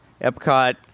Epcot